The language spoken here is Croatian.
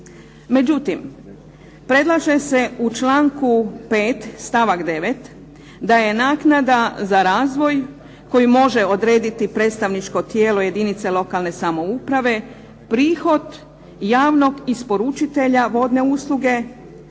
Međutim, predlaže se u članku 5. stavak 9. da je naknada za razvoj koji može odrediti predstavničko tijelo jedinica lokalne samouprave, prihod javnog isporučitelja vodne usluge,